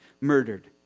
murdered